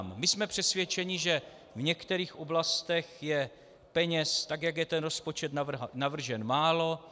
My jsme přesvědčeni, že v některých oblastech je peněz, tak jak je ten rozpočet navržen, málo.